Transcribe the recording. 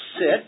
sit